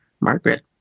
margaret